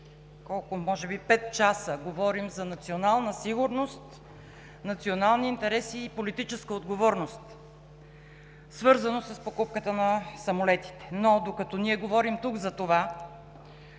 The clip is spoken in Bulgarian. Вече може би пет часа говорим за национална сигурност, национални интереси и политическа отговорност, свързано с покупката на самолетите. Но докато ние говорим тук за това,